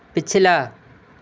پچھلا